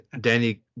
Danny